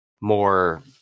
more